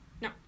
No